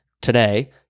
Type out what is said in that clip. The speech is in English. today